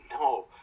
No